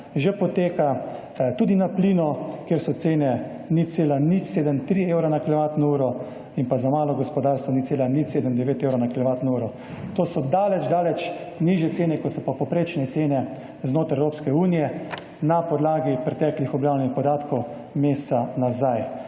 že poteka tudi na plinu, kjer so cene 0,073 evra na kilovatno uro in pa za malo gospodarstvo 0,079 evra na kilovatno uro. To so veliko nižje cene, kot so povprečne cene znotraj Evropske unije, na podlagi preteklih objavljenih podatkov meseca nazaj.